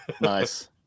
nice